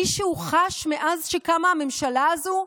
מישהו חש, מאז שקמה הממשלה הזו,